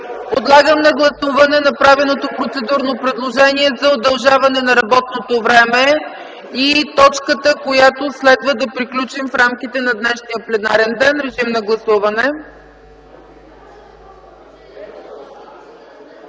Подлагам на гласуване направеното процедурно предложение за удължаване на работното време и точката, която следва, да приключим в рамките на днешния пленарен ден. Гласували